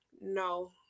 No